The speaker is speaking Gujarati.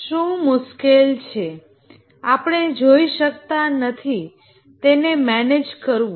શું મુશ્કેલ છે આપણે જોઈ શકતા નથી તેને મેનેજ કરવું